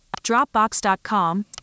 Dropbox.com